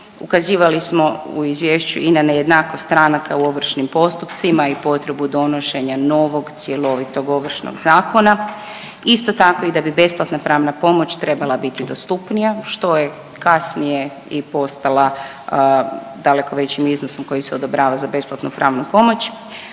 Ukazivali smo u izvješću i na nejednakost stranaka u ovršnim postupcima i potrebu donošenja novog cjelovitog Ovršnog zakona. Isto tako i da bi besplatna pravna pomoć trebala biti dostupnija što je kasnije i postala daleko većim iznosom koji se odobrava za besplatnu pravnu pomoć.